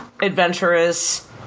adventurous